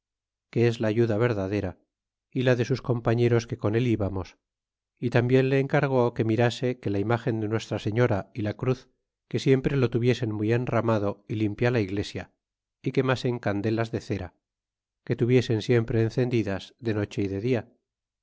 que es la ayuda verdadera é la de sus compañeros que con él íbamos é tambien le encargó que mirase que la imgen de nuestra señora é la cruz que siempre lo tuviesen muy enramado é limpia la iglesia é quemasen candelas de cera que tuviesen siempre encendidas de noche y de dia